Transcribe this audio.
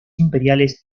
imperiales